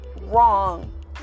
wrong